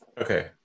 okay